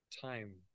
time